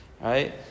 right